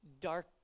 dark